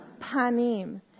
panim